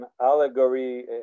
allegory